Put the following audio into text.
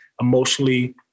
emotionally